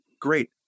great